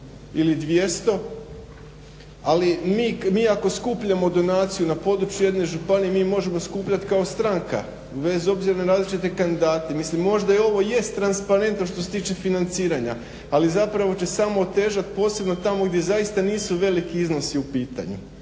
ili 200 ali mi ako skupljamo donaciju na području jedne županije mi možemo skupljati kao stranka bez obzira na različite kandidate. Mislim možda ovo jest transparentno što se tiče financiranja, ali zapravo će samo otežati posebno tamo gdje zaista nisu veliki iznosi u pitanju.